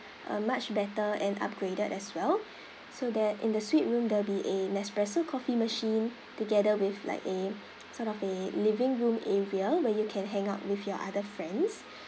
a much better and upgraded as well so that in the suite room there'll be a nespresso coffee machine together with like a sort of a living room area where you can hang out with your other friends